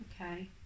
okay